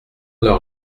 leurs